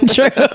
True